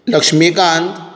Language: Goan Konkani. लक्ष्मिकांत